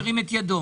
ירים את ידו.